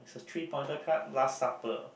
three pointer card last supper